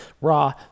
Raw